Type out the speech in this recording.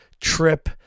trip